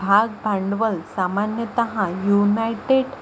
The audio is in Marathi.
भाग भांडवल सामान्यतः युनायटेड